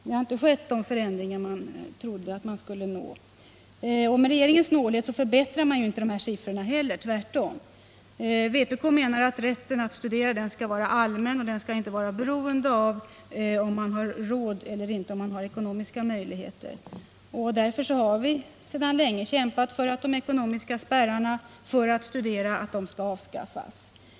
Man har inte uppnått de förändringar man trodde. Och med regeringens snålhet förbättrar man inte heller förhållandena — tvärtom. Vpk menar att rätten att studera skall vara allmän och att den inte skall vara beroende av om man har ekonomiska möjligheter eller inte. Därför har vi sedan länge kämpat för att de ekonomiska spärrarna för att få studera skall avskaffas.